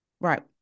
Right